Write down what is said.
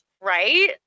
Right